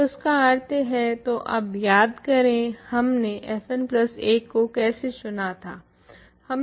तो इसका अर्थ है ध्यान करें हम fn प्लस 1 कैसे चुनते थे